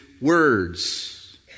words